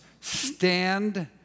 stand